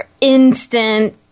instant